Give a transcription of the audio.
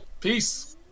Peace